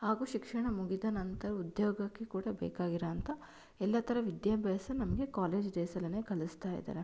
ಹಾಗೂ ಶಿಕ್ಷಣ ಮುಗಿದ ನಂತರ ಉದ್ಯೋಗಕ್ಕೆ ಕೂಡ ಬೇಕಾಗಿರೋ ಅಂಥ ಎಲ್ಲ ಥರ ವಿದ್ಯಾಭ್ಯಾಸ ನಮಗೆ ಕಾಲೇಜ್ ಡೇಸಲೆನೇ ಕಲಿಸ್ತಾ ಇದ್ದಾರೆ